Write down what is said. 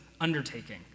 undertaking